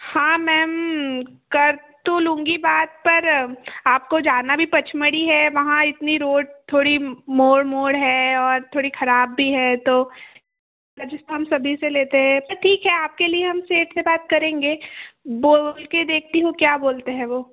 हाँ मैम कर तो लूँगी बात पर आपको जाना भी पचमढ़ी है वहा इतनी रोड थोड़ी मोड़ मोड़ है और थोड़ी खराब भी है तो ऐसे तो हम सभी से लेते हैं पर ठीक है आपके लिए हम सेठ से बात करेंगे बोल के देखती हूँ क्या बोलते हैं वो